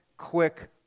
quick